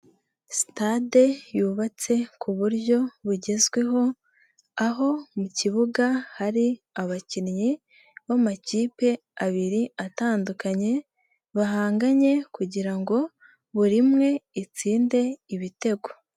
Sitade yubatse ku buryo bugezweho, aho mu kibuga hari abakinnyi b'amakipe abiri atandukanye bahanganye kugira ngo buri imwe itsinde ibitego.